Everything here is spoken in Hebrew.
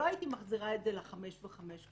לא הייתי מחזירה את זה לחמש שנים וחמש שנים,